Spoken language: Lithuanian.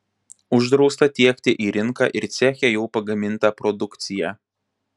uždrausta tiekti į rinką ir ceche jau pagamintą produkciją